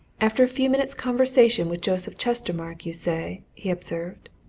after a few minutes' conversation with joseph chestermarke, you say? he observed.